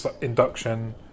induction